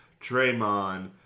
Draymond